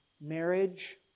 marriage